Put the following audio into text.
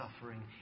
suffering